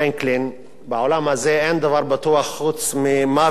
אין דבר בטוח חוץ ממוות ומסים,